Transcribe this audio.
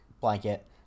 blanket